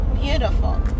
Beautiful